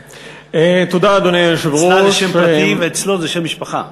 אצלה זה שם פרטי ואצלו זה שם משפחה.